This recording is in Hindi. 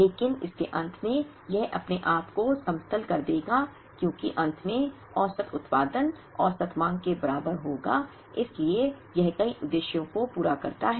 लेकिन इसके अंत में यह अपने आप को समतल कर देगा क्योंकि अंत में औसत उत्पादन औसत मांग के बराबर होगा इसलिए यह कई उद्देश्यों को पूरा करता है